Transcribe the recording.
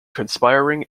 conspiring